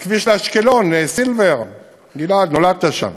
הכביש לאשקלון, סילבר גלעד, נולדת שם,